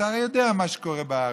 אתה הרי יודע מה קורה בארץ.